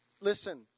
Listen